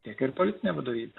tiek ir politinė vadovybė